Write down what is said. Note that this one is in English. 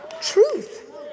Truth